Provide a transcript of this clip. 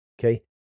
okay